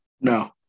No